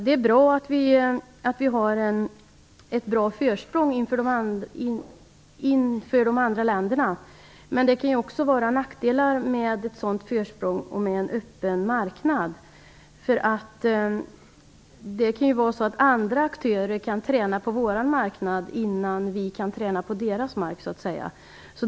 Det är bra att vi har ett ordentligt försprång före de andra länderna. Men det kan också vara nackdelar med ett sådant försprång och med en öppen marknad. Andra aktörer kan träna på vår marknad innan vi kan träna på deras.